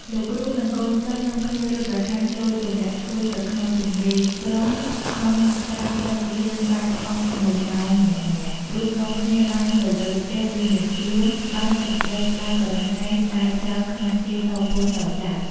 លោកគ្រូនិងកូនសិស្សនាំគ្នារត់រហ័ស លោតទម្លាក់ខ្លួនទៅក្នុងទន្លេប្រុងខំត្រាំទឹកលាងបាបអស់ ១ ម៉ោងម្នាក់ៗ រួចនាំគ្នាឡើងទៅលើផ្ទះរៀងៗខ្លួនបានសេចក្តីក្តៅ ក្រហាយស្តាយក្រោយ ខ្មាសគេតកូនតចៅ ។